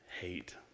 hate